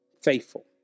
faithful